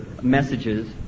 messages